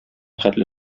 хәтле